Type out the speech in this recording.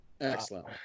Excellent